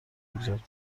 بگذاریم